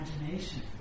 imagination